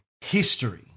history